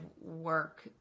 work